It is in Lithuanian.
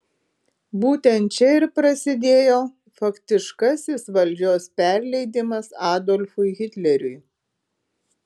būtent čia ir prasidėjo faktiškasis valdžios perleidimas adolfui hitleriui